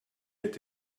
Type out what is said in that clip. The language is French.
est